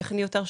טכני יותר,